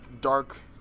dark